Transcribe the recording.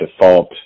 default